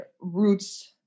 roots